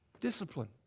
Discipline